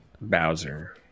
Bowser